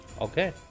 Okay